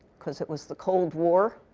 because it was the cold war,